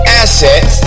assets